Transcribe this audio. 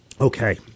Okay